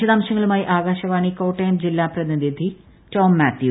വിശദാംശങ്ങളുമായി ആകാശവാണി കോട്ടയം ജില്ലാ പ്രതിനിധി ടോം മാത്യു